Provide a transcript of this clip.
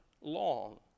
long